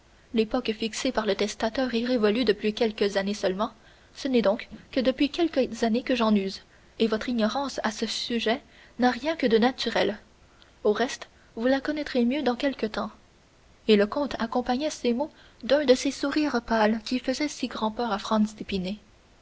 l'époque fixée par le testateur est révolue depuis quelques années seulement ce n'est donc que depuis quelques années que j'en use et votre ignorance à ce sujet n'a rien que de naturel au reste vous la connaîtrez mieux dans quelque temps et le comte accompagna ces mots d'un de ces sourires pâles qui faisaient si grand-peur à